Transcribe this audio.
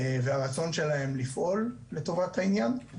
והרצון שלהם לפעול לטובת העניין.